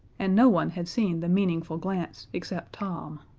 and no one had seen the meaningful glance except tom.